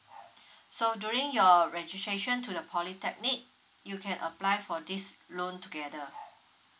so during your registration to the polytechnic you can apply for this loan together